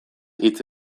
hitz